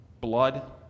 blood